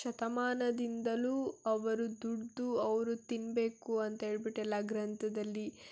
ಶತಮಾನದಿಂದಲೂ ಅವರು ದುಡಿದು ಅವರು ತಿನ್ನಬೇಕು ಅಂತೇಳ್ಬಿಟ್ಟು ಎಲ್ಲ ಗ್ರಂಥದಲ್ಲಿ